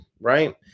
right